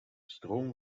stroom